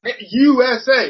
USA